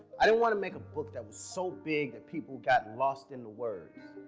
i didn't want to make a book that was so big that people got lost in the words.